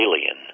alien